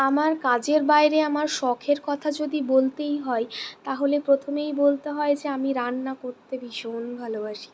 আমার কাজের বাইরে আমার শখের কথা যদি বলতেই হয় তাহলে প্রথমেই বলতে হয় যে আমি রান্না করতে ভীষণ ভালোবাসি